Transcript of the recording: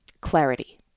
clarity